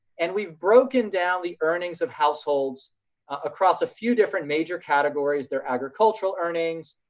and we've broken down the earnings of households across a few different major categories, their agricultural earnings,